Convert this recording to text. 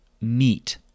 meet